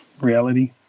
reality